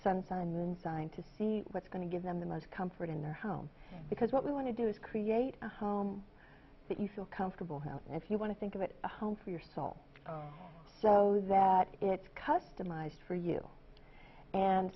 moon sign to see what's going to give them the most comfort in their home because what we want to do is create a home that you feel comfortable house if you want to think of it a home for your soul so that it's customized for you and